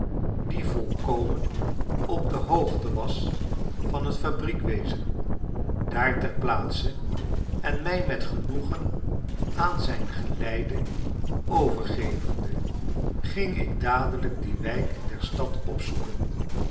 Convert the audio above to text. die volkomen op de hoogte was van t fabriekwezen daar ter plaatse en mij met genoegen aan zijn geleide overgevende ging ik dadelijk die wijk der stad opzoeken